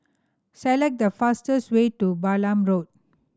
select the fastest way to Balam Road